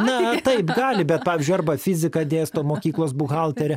na taip gali bet pavyzdžiui arba fiziką dėsto mokyklos buhalterė